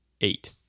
eight